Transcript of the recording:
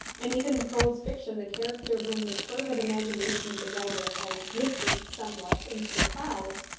and even in prose fiction the character whom the fervid imagination of the writer has lifted somewhat into the clouds,